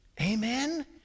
amen